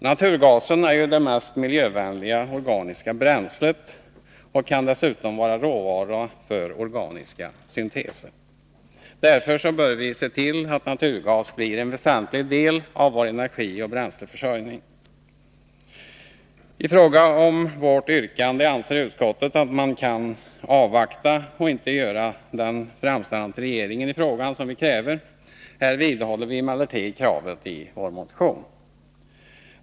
Naturgasen är det mest miljövänliga organiska bränslet och kan dessutom vara råvara för organiska synteser. Därför bör vi se till att naturgas blir en väsentlig del av vår energioch bränsleförsörjning. I fråga om vårt yrkande anser utskottet att man kan avvakta och inte göra den framställan till regeringen i frågan som vi kräver. Här vidhåller vi emellertid kravet i vår motion.